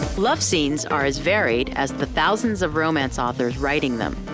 love scenes are as varied as the thousands of romance authors writing them.